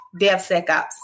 DevSecOps